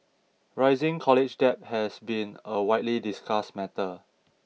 rising college debt has been a widely discussed matter